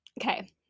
Okay